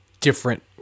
different